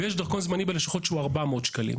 ויש דרכון זמני בלשכות שהוא כ-400 שקלים,